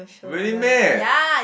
really meh